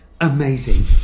amazing